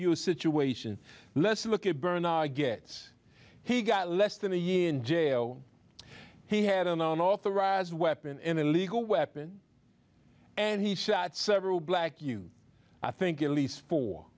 you a situation let's look at bernie gets he got less than a year in jail he had an unauthorized weapon an illegal weapon and he shot several black you i think it leaves four